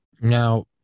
Now